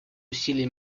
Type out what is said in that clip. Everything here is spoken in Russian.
усилия